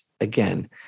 again